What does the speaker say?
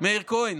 מאיר כהן,